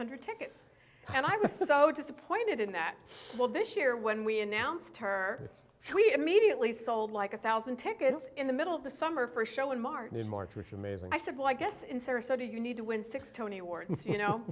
hundred tickets and i was so disappointed in that well this year when we announced her we immediately sold like a thousand tickets in the middle of the summer for a show in martha's march which amazing i said well i guess in sarasota you need to win six tony awards you know